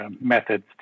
methods